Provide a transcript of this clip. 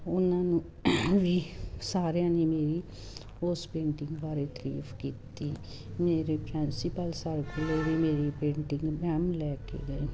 ਉਹਨਾਂ ਨੂੰ ਵੀ ਸਾਰਿਆਂ ਨੇ ਮੇਰੀ ਉਸ ਪੇਂਟਿੰਗ ਬਾਰੇ ਤਰੀਫ਼ ਕੀਤੀ ਮੇਰੇ ਖਿਆਲ ਸੀ ਪਰ ਸਰ ਕੋਲ ਵੀ ਮੇਰੀ ਪੇਂਟਿੰਗ ਮੈਮ ਲੈ ਕੇ ਗਏ